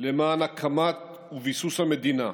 למען הקמת המדינה וביסוסה,